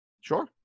Sure